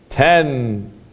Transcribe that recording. ten